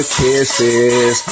kisses